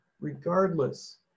regardless